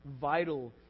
vital